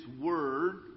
word